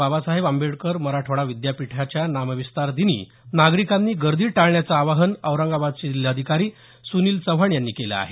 बाबासाहेब आंबेडकर मराठवाडा विद्यापीठाच्या नामविस्तार दिनी नागरिकांनी गर्दी टाळण्याचं आवाहन औरंगाबादचे जिल्हाधिकारी सुनील चव्हाण यांनी केलं आहे